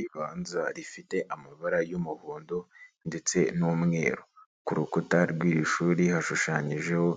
Ribanza rifite amabara y'umuhondo ndetse n'umweru. Ku rukuta rw'iri shuri hashushanyijeho